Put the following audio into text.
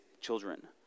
children